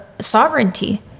sovereignty